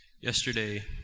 Yesterday